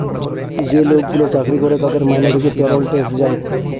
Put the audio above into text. যে লোকগুলো চাকরি করে তাদের মাইনে থেকে পেরোল ট্যাক্স যায়